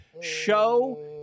show